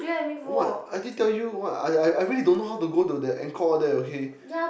what I did tell you what I I I really don't know how to that Angkor all that okay